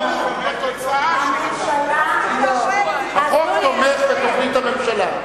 במהות, בתוצאה, הממשלה, החוק תומך בתוכנית הממשלה.